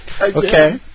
Okay